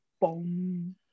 boom